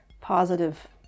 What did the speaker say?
positive